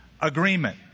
agreement